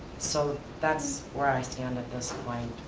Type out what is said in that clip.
so that's where i stand at this point.